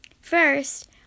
First